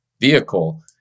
vehicle